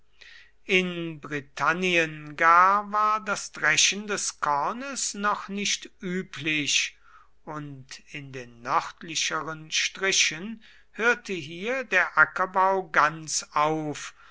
in britannien gar war das dreschen des kornes noch nicht üblich und in den nördlicheren strichen hörte hier der ackerbau ganz auf